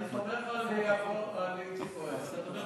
אני סומך על איציק כהן.